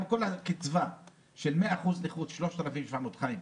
גם כל הקצבה של 100% נכות היא 3,700 שקלים.